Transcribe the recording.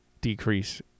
decrease